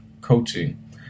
Coaching